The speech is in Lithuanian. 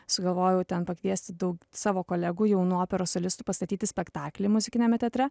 sugalvojau ten pakviesti daug savo kolegų jaunų operos solistų pastatyti spektaklį muzikiniame teatre